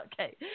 Okay